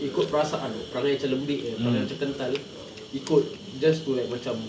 ikut perasaan [tau] perangai macam lembik perangai macam kental ikut just to like macam